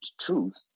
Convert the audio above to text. truth